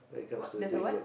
what there's a what